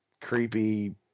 creepy